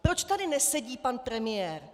Proč tady nesedí pan premiér?